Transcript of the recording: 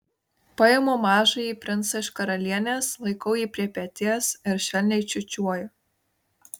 paimu mažąjį princą iš karalienės laikau jį prie peties ir švelniai čiūčiuoju